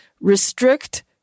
restrict